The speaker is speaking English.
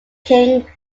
king